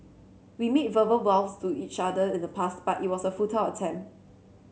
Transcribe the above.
we made verbal vows to each other in the past but it was a futile attempt